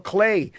Clay